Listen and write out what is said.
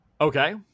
Okay